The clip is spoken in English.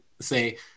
say